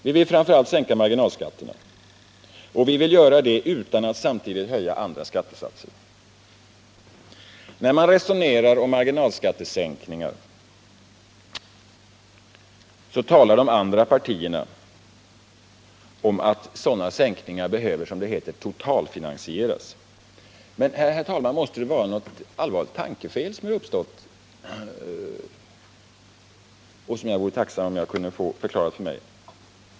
Vi vill framför allt sänka marginalskatterna, och vi vill göra det utan att samtidigt höja andra skattesatser. När man resonerar om marginalskattesänkningar, talar de andra partierna om att sådana sänkningar behöver, som det heter, totalfinansieras. Men, herr talman, här måste något allvarligt tankefel ha uppstått. Jag vore tacksam om jag kunde få detta förklarat för mig.